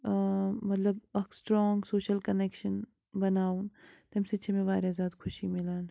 مطلب اَکھ strong social connection بَناوُن تَمہِ سۭتۍ چھےٚ مےٚ واریاہ زیادٕ خوشی مِلان